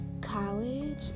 College